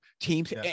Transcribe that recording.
teams